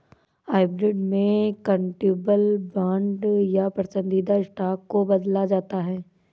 hybrid में convertible bond या पसंदीदा स्टॉक को बदला जाता है